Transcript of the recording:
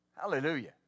Hallelujah